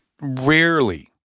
rarely